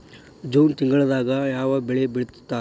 June ತಿಂಗಳದಾಗ ಯಾವ ಬೆಳಿ ಬಿತ್ತತಾರ?